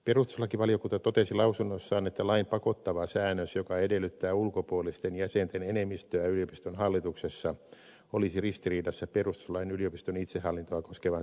perustuslakivaliokunta totesi lausunnossaan että lain pakottava säännös joka edellyttää ulkopuolisten jäsenten enemmistöä yliopiston hallituksessa olisi ristiriidassa perustuslain yliopiston itsehallintoa koskevan sääntelyn kanssa